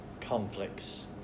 conflicts